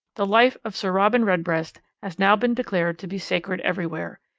the life of sir robin redbreast has now been declared to be sacred everywhere.